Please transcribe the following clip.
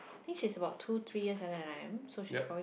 think she's about two three years younger than I am so she's probably